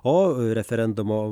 o referendumo